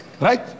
right